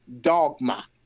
Dogma